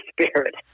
spirit